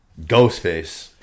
Ghostface